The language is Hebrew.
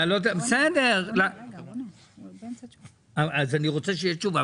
אני רוצה שתהיה תשובה,